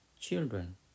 children